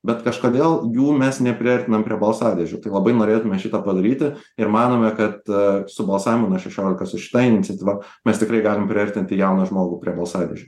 bet kažkodėl jų mes neprieinam prie balsadėžių tai labai norėtume šitą padaryti ir manome kad su balsavimu nuo šešiolikos su šita iniciatyva mes tikrai galim priartinti jauną žmogų prie balsadėžių